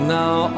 now